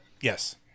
Yes